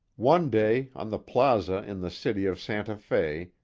one day, on the plaza in the city of santa fe,